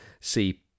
see